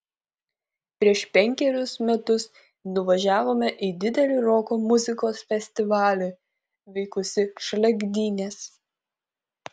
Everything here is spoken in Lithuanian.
prieš penkerius metus nuvažiavome į didelį roko muzikos festivalį vykusį šalia gdynės